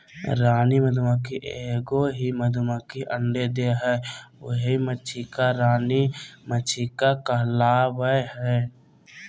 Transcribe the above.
रानी मधुमक्खी एगो ही मधुमक्खी अंडे देहइ उहइ मक्षिका रानी मक्षिका कहलाबैय हइ